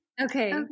okay